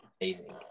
amazing